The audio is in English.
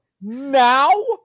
now